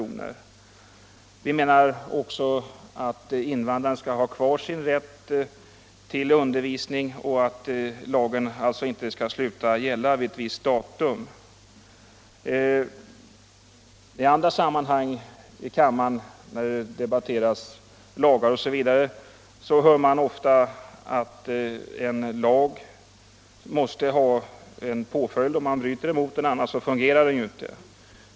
Enligt vår mening skall invandraren ha kvar sin rätt till undervisning, och lagen skall således inte sluta gälla vid ett visst datum. När kammaren debatterar lagar hör man ofta att det måste bli en påföljd, om någon bryter mot en lag. för annars fungerar den ju inte.